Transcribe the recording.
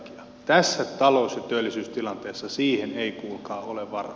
tässä talous ja työllisyystilanteessa siihen ei kuulkaa ole varaa